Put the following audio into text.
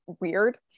weird